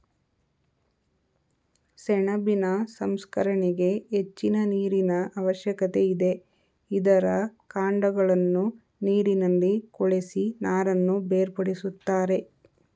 ಸೆಣಬಿನ ಸಂಸ್ಕರಣೆಗೆ ಹೆಚ್ಚಿನ ನೀರಿನ ಅವಶ್ಯಕತೆ ಇದೆ, ಇದರ ಕಾಂಡಗಳನ್ನು ನೀರಿನಲ್ಲಿ ಕೊಳೆಸಿ ನಾರನ್ನು ಬೇರ್ಪಡಿಸುತ್ತಾರೆ